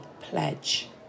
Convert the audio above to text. pledge